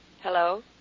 Hello